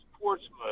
Portsmouth